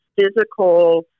physical